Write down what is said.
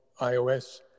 iOS